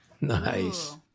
Nice